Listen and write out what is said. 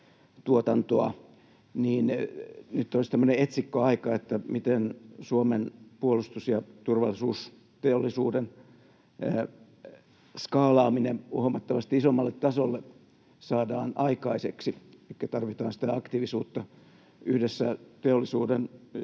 tämmöinen etsikkoaika, että miten Suomen puolustus- ja turvallisuusteollisuuden skaalaaminen huomattavasti isommalle tasolle saadaan aikaiseksi, elikkä tarvitaan sitä aktiivisuutta yhdessä teollisuuden ja